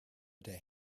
day